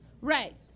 Right